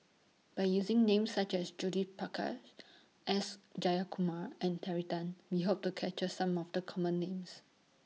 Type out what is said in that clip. By using Names such as Judith Prakash S Jayakumar and Terry Tan We Hope to capture Some of The Common Names